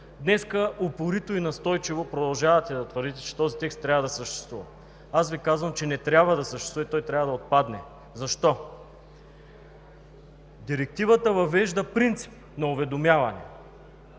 Днес упорито и настойчиво продължавате да твърдите, че този текст трябва да съществува. Аз Ви казвам, че не трябва да съществува и трябва да отпадне. Защо? Директивата въвежда принцип на уведомяване